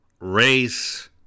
race